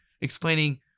explaining